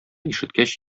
ишеткәч